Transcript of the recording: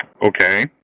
Okay